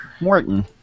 Morton